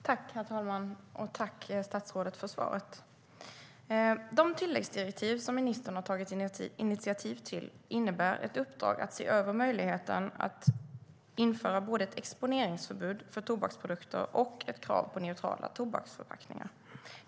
Herr talman! Jag tackar statsrådet för svaret.De tilläggsdirektiv som ministern tagit initiativ till innebär ett uppdrag att se över möjligheten att införa både ett exponeringsförbud för tobaksprodukter och ett krav på neutrala tobaksförpackningar.